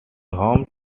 home